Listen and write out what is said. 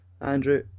Andrew